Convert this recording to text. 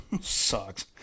Sucks